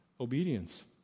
Obedience